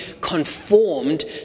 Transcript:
conformed